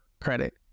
credit